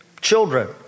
children